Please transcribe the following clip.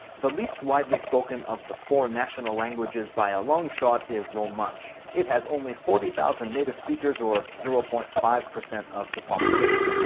the least widely spoken of the four national languages, by a long shot, is romansh. it has only forty thousand native speakers or zero point five of the population.